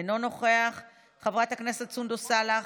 אינו נוכח, חברת הכנסת סונדוס סאלח,